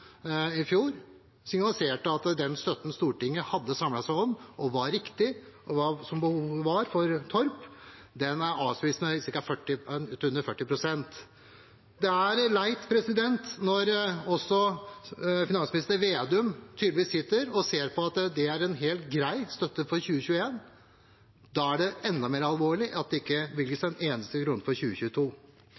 i fjor høst signaliserte at den støtten Stortinget hadde samlet seg om og fant var riktig for hva behovet var for Torp, er avspist med litt under 40 pst. Det er også leit når finansminister Vedum tydeligvis sitter og ser på at det var en helt grei støtte for 2021. Da er det enda mer alvorlig at det ikke bevilges en eneste krone for 2022.